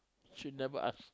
she never ask